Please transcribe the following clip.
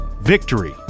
Victory